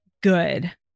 good